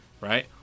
right